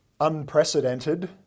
unprecedented